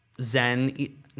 Zen